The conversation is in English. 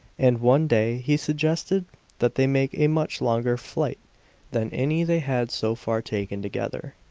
and one day he suggested that they make a much longer flight than any they had so far taken together.